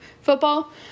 football